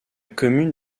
commune